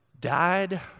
died